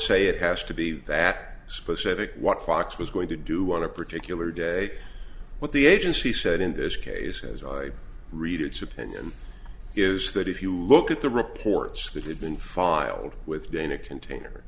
say it has to be that specific what fox was going to do on a particular day what the agency said in this case as i read it's a pen and is that if you look at the reports that have been filed with dana container